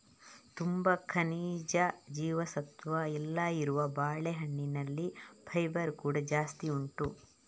ತುಂಬಾ ಖನಿಜ, ಜೀವಸತ್ವ ಎಲ್ಲ ಇರುವ ಬಾಳೆಹಣ್ಣಿನಲ್ಲಿ ಫೈಬರ್ ಕೂಡಾ ಜಾಸ್ತಿ ಉಂಟು